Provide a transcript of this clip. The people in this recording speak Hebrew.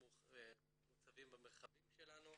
הם מוצבים במרחבים שלנו.